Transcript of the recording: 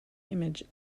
image